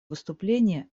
выступление